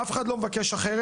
אף אחד לא מבקש אחרת.